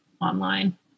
online